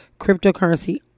cryptocurrency